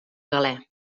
galè